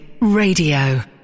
Radio